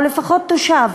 או לפחות תושב.